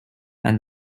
and